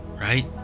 right